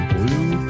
Blue